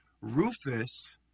Rufus